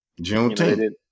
June